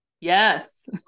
Yes